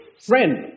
Friend